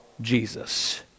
Jesus